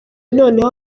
noneho